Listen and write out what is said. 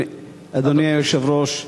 אדוני היושב-ראש,